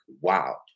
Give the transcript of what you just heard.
wow